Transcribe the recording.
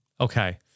Okay